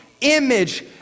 image